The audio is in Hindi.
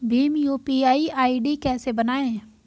भीम यू.पी.आई आई.डी कैसे बनाएं?